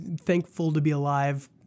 thankful-to-be-alive